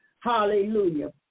Hallelujah